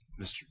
Mr